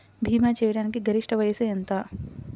భీమా చేయాటానికి గరిష్ట వయస్సు ఎంత?